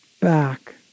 back